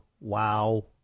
wow